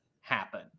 happen